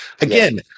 again